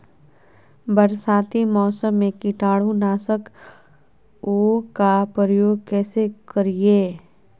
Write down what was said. बरसाती मौसम में कीटाणु नाशक ओं का प्रयोग कैसे करिये?